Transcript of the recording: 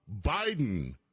Biden